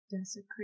desecrate